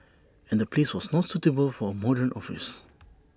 and the place was not suitable for A modern office